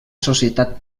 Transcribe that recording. societat